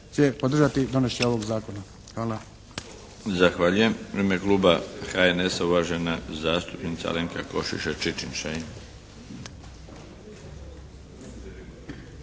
će podržati donošenje ovog zakona. Hvala.